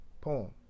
Poem